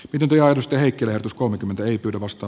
pidempi arvosteli kirjoitus kolmekymmentä ei pyydä vasta